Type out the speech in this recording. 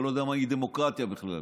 אתה לא יודע מהי דמוקרטיה בכלל.